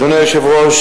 אדוני היושב-ראש,